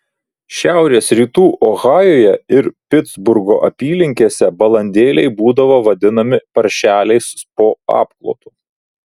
šiaurės rytų ohajuje ir pitsburgo apylinkėse balandėliai būdavo vadinami paršeliais po apklotu